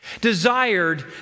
desired